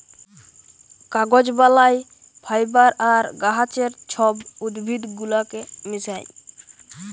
কাগজ বালায় ফাইবার আর গাহাচের ছব উদ্ভিদ গুলাকে মিশাঁয়